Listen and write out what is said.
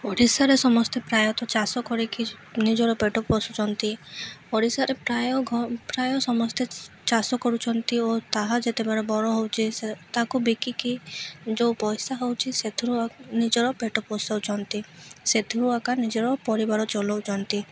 ଓଡ଼ିଶାରେ ସମସ୍ତେ ପ୍ରାୟତଃ ଚାଷ କରିକି ନିଜର ପେଟ ପୋଷୁଛନ୍ତି ଓଡ଼ିଶାରେ ପ୍ରାୟ ଘ ପ୍ରାୟ ସମସ୍ତେ ଚାଷ କରୁଛନ୍ତି ଓ ତାହା ଯେତେବେଳେ ବର ହଉଛି ତାକୁ ବିକିକି ଯେଉଁ ପଇସା ହଉଛି ସେଥିରୁ ନିଜର ପେଟ ପୋଷୁଛନ୍ତି ସେଥିରୁ ଆକା ନିଜର ପରିବାର ଚଲଉଛନ୍ତି